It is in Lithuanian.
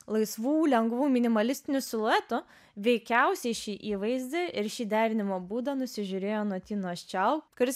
laisvų lengvų minimalistinių siluetų veikiausiai šį įvaizdį ir šį derinimo būdą nusižiūrėjo nuo tinos čiau kuris